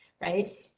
right